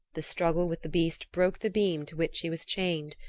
the struggle with the beast broke the beam to which he was chained.